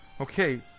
Okay